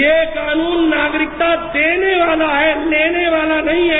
ये कानून नागरिक ता देने वाला है लेने वाला नहीं है